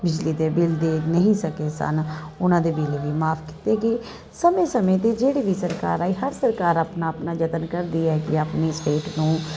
ਬਿਜਲੀ ਦੇ ਬਿੱਲ ਦੇ ਨਹੀਂ ਸਕਦੇ ਸਨ ਉਨ੍ਹਾਂ ਦੇ ਬਿੱਲ ਵੀ ਮਾਫ਼ ਕੀਤੇ ਗਏ ਸਮੇਂ ਸਮੇਂ 'ਤੇ ਜਿਹੜੀ ਵੀ ਸਰਕਾਰ ਆਈ ਹਰ ਸਰਕਾਰ ਆਪਣਾ ਆਪਣਾ ਯਤਨ ਕਰਦੀ ਹੈਗੀ ਹੈ ਆਪਣੀ ਸਟੇਟ ਨੂੰ